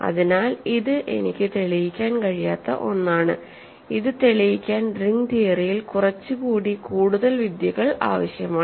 അതിനാൽ ഇത് എനിക്ക് തെളിയിക്കാൻ കഴിയാത്ത ഒന്നാണ് ഇത് തെളിയിക്കാൻ റിംഗ് തിയറിയിൽ കുറച്ച് കൂടി കൂടുതൽ വിദ്യകൾ ആവശ്യമാണ്